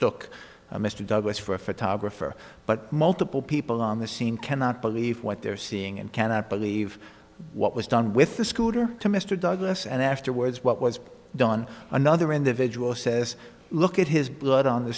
took mr douglas for a photographer but multiple people on the scene cannot believe what they're seeing and cannot believe what was done with the scooter to mr douglas and afterwards what was done another individual says look at his blood on the